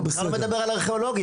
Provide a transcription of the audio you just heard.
הוא בכלל לא מדבר על ארכיאולוגיה.